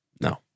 no